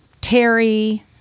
Terry